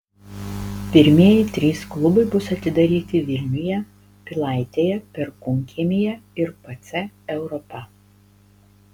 pirmieji trys klubai bus atidaryti vilniuje pilaitėje perkūnkiemyje ir pc europa